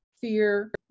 fear